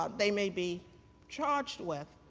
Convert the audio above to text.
ah they may be charged with,